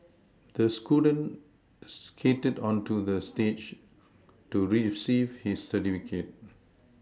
the student skated onto the stage to receive his certificate